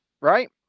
right